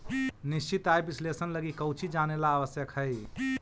निश्चित आय विश्लेषण लगी कउची जानेला आवश्यक हइ?